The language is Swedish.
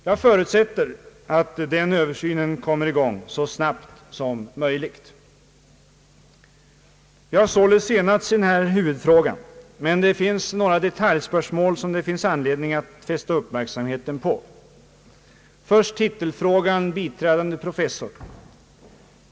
Jag förutsätter att den översynen kommer i gång så snabbt som möjligt. Vi har således enats i den här huvudfrågan, men det finns anledning att fästa uppmärksamheten på några detaljspörsmål. Först titelfrågan biträdande professor.